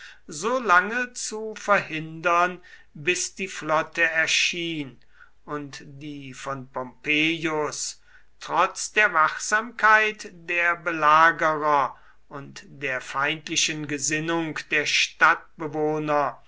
so lange zu verhindern bis die flotte erschien und die von pompeius trotz der wachsamkeit der belagerer und der feindlichen gesinnung der stadtbewohner